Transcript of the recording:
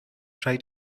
try